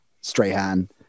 Strahan